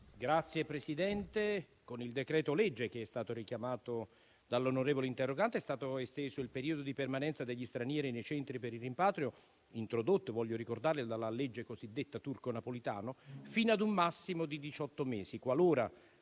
Signor Presidente, con il decreto-legge che è stato richiamato dall'onorevole interrogante è stato esteso il periodo di permanenza degli stranieri nei centri per il rimpatrio introdotti - lo voglio ricordare - dalla legge cosiddetta Turco-Napolitano fino ad un massimo di diciotto